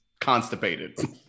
constipated